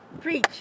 Preach